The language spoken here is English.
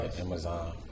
Amazon